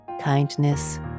kindness